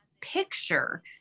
picture